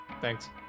Thanks